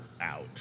out